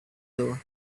door